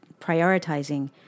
prioritizing